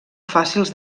fàcils